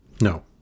no